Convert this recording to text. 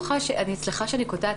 סליחה שאני קוטעת,